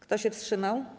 Kto się wstrzymał?